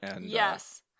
Yes